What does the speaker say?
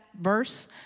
verse